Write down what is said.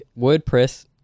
WordPress